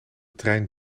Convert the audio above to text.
trein